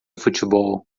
futebol